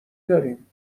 داریم